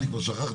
אני כבר שכחתי,